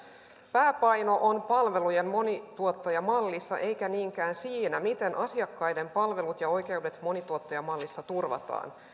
pääpaino on palvelujen monituottajamallissa eikä niinkään siinä miten asiakkaiden palvelut ja oikeudet monituottajamallissa turvataan